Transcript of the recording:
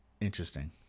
interesting